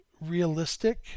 realistic